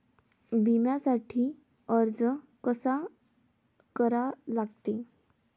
बिम्यासाठी अर्ज कसा करा लागते?